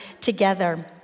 together